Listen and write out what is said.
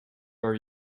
are